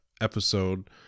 episode